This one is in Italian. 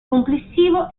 complessivo